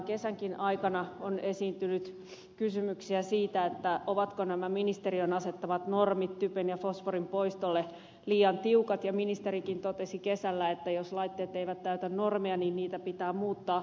kesänkin aikana on esiintynyt kysymyksiä siitä ovatko nämä ministeriön asettamat normit typen ja fosforin poistolle liian tiukat ja ministerikin totesi kesällä että jos laitteet eivät täytä normeja niin niitä pitää muuttaa